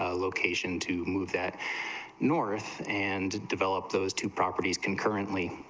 ah location to move that north and develop those two properties concurrently